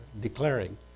declaring